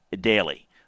daily